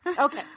Okay